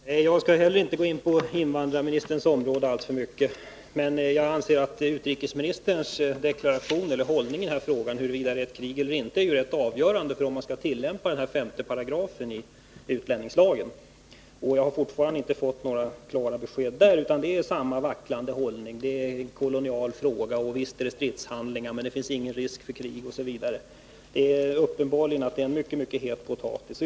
Herr talman! Jag skall inte heller gå in på invandrarministerns område alltför mycket. Men jag anser att utrikesministerns hållning i den här frågan — huruvida det är krig eller inte — är rätt avgörande för om 5 § i utlänningslagen skall tillämpas. Och jag har fortfarande inte fått några klara besked beträffande detta, utan det är samma vacklande hållning. Det talas om att det är en kolonial fråga, att det visserligen förekommer stridshandlingar men att Nr 69 det inte är någon risk för krig osv. Det är uppenbart att detta är en mycket het potatis.